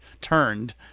turned